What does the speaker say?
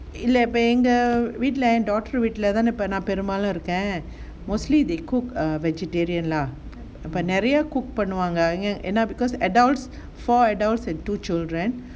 இல்ல இப்ப இங்க வீட்ல என்:illa ippa inga veetla en daughter வீட்லதானே நான் பெரும்பாலும் இருக்கேன்:veetla thaane naan perumpaalum iruken mostly they cook err vegetarian lah but நிறையா:nirayaa cook பண்ணுவாங்க ஏன்னா:pannuvaanga yenna because adults four adults and two children